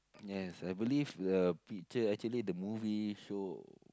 yes I believe the picture actually the movie show